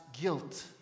guilt